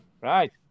Right